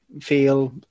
feel